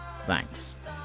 Thanks